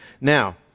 Now